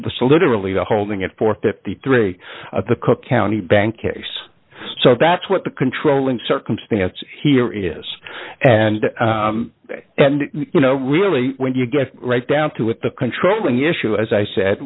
the so literally the holding it for fifty two dollars re the cook county bank case so that's what the controlling circumstance here is and you know really when you get right down to it the controlling issue as i said